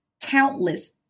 countless